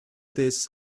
this